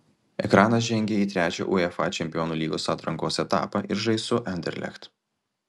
ekranas žengė į trečią uefa čempionų lygos atrankos etapą ir žais su anderlecht